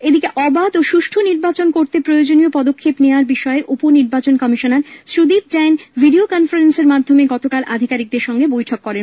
এদিকে অবাধ ও সুষ্ঠ নির্বাচন করতে প্রয়োজনীয় পদক্ষেপ নেওয়ার বিষয়ে উপনির্বাচন কমিশনার সুদীপ জৈন ভিডিও কনফারেন্সের মাধ্যমে গতকাল আধিকারিকদের সঙ্গে বৈঠক করেন